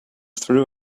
threw